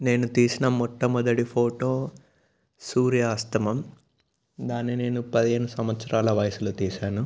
నేను తీసిన మొట్టమొదటి ఫోటో సూర్యాస్తమమం దానిని నేను పదిహేను సంవత్సరల వయసులో తీసాను